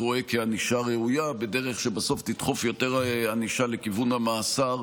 רואה כענישה ראויה בדרך שבסוף תדחוף יותר ענישה לכיוון המאסר,